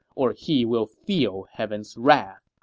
or he will feel heaven's wrath.